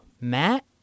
Matt